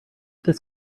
this